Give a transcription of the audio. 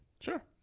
Sure